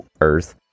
earth